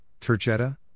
Turchetta